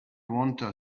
wanta